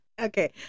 okay